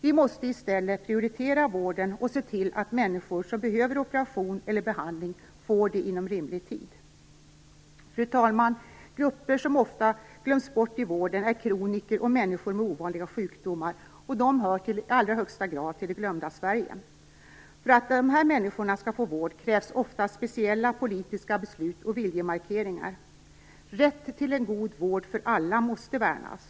Vi måste i stället prioritera vården och se till att människor som behöver operation eller behandling får det inom rimlig tid. Fru talman! Grupper som ofta glöms bort i vården är kroniker och människor med ovanliga sjukdomar. De hör i allra högsta grad till det glömda Sverige. För att dessa människor skall få vård krävs ofta speciella politiska beslut och viljemarkeringar. Rätten till en god vård för alla måste värnas.